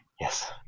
Yes